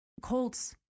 Colts